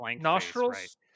nostrils